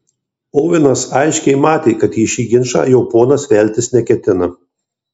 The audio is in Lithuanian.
ovenas aiškiai matė kad į šį ginčą jo ponas veltis neketina